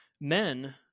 men